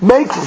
Make